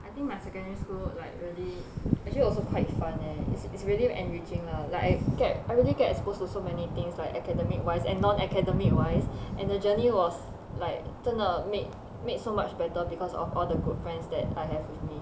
I think my secondary school like really actually also quite fun leh it's it's really enriching lah like get I really get exposed to so many things like academic wise and non academic wise and the journey was like 真的 made made so much better because of all the good friends that I have with me